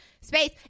space